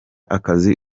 akazi